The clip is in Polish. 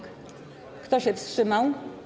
Kto się wstrzymał?